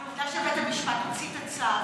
אבל עובדה שבית המשפט הוציא את הצו,